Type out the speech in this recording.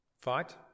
Fight